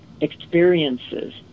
experiences